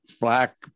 black